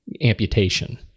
amputation